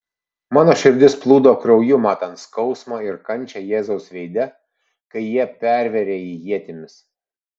mano širdis plūdo krauju matant skausmą ir kančią jėzaus veide kai jie pervėrė jį ietimis